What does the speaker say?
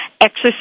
exercise